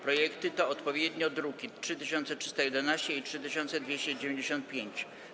Projekty to odpowiednio druki nr 3311 i 3295.